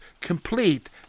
complete